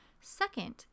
Second